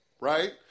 right